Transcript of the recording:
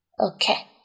Okay